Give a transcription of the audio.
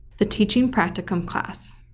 the teaching practicum class.